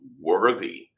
worthy